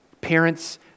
Parents